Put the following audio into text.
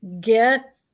get